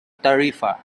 tarifa